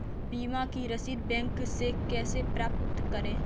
बीमा की रसीद बैंक से कैसे प्राप्त करें?